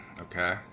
okay